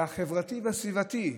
והחברתי והסביבתי,